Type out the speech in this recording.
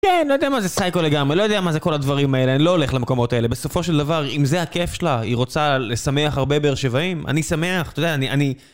כן, לא יודע מה זה סייקו לגמרי, לא יודע מה זה כל הדברים האלה, אני לא אלך למקומות אלה, בסופו של דבר, אם זה הכיף שלה, היא רוצה לשמח הרבה ברשביים, אני שמח, אתה יודע, אני...